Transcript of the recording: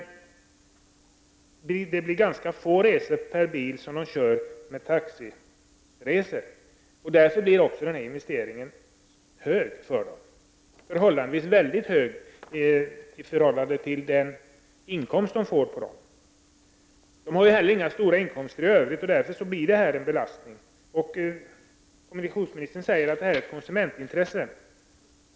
De kör ganska få resor per bil som vanliga taxiresor. Därför blir investeringskostnaden stor för dem, mycket stor i förhållande till den inkomst de får på dessa resor. De har inte heller stora inkomster i övrigt, och därför blir detta en belastning. Kommunikationsministern säger att detta är ett konsumentintresse.